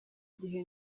gihe